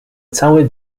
cały